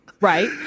right